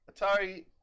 Atari